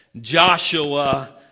Joshua